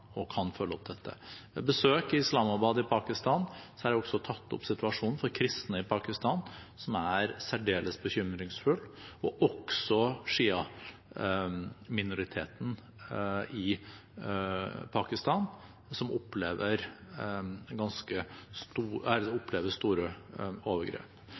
vi kan følge opp dette. Ved besøk i Islamabad i Pakistan har jeg også tatt opp situasjonen for kristne i Pakistan, som er særdeles bekymringsfull, og også sjiaminoriteten i Pakistan, som opplever store overgrep.